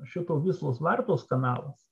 šito vyslos vartos kanalas